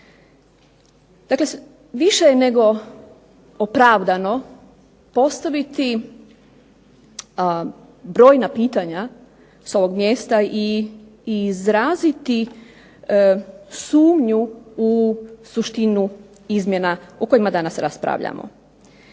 Dakle, više je nego opravdano postaviti brojna pitanja sa ovog mjesta i izraziti sumnju u suštinu izmjena o kojima danas raspravljamo.